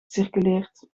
circuleert